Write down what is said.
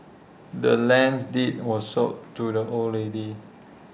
the land's deed was sold to the old lady